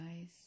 eyes